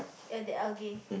the algae